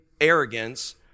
arrogance